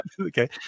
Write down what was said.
okay